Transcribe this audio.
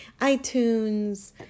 iTunes